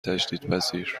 تجدیدپذیر